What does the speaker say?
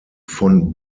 von